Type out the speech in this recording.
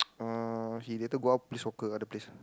uh he later go out play soccer other place